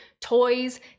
toys